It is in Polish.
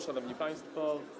Szanowni Państwo!